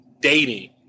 dating